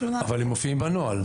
אבל הם מופיעים בנוהל.